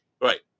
Right